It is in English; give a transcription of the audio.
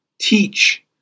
teach